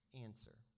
Answer